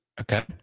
okay